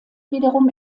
wiederum